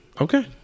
Okay